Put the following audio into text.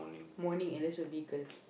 morning initial vehicle